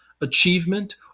achievement